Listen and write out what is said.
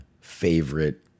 favorite